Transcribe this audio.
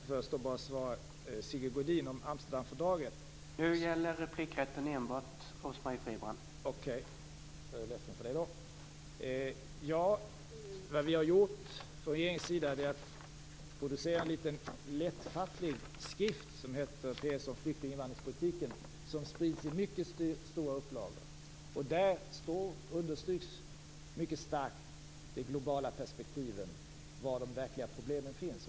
Herr talman! Okej. Jag är ledsen för det. Vad vi har gjort från regeringens sida är att producera en liten lättfattlig skrift som heter PS om flyktingoch invandringspolitiken och som sprids i mycket stora upplagor. Där understryks mycket starkt de globala perspektiven och var de verkliga problemen finns.